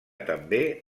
també